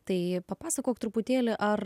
tai papasakok truputėlį ar